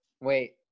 wait –